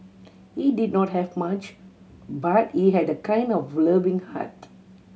he did not have much but he had a kind and loving heart